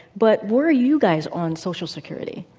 but where are you guys on social security?